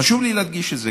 חשוב לי להדגיש את זה,